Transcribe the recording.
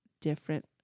different